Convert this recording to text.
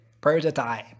prototype